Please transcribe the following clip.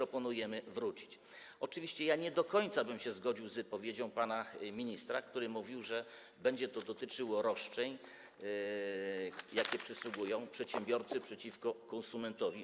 Oczywiście nie do końca zgodziłbym się z wypowiedzią pana ministra, który mówił, że będzie to dotyczyło roszczeń, jakie przysługują przedsiębiorcy przeciwko konsumentowi.